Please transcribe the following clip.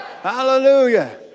Hallelujah